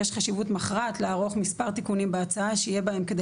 יש חשיבות מכרעת לערוך מספר תיקונים בהצעה שיהיה בהם כדי